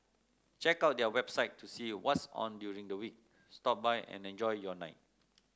check out their website to see what's on during the week stop by and enjoy your night